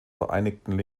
vereinigten